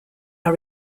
are